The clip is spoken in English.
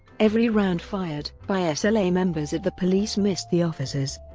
every round fired by ah sla members at the police missed the officers.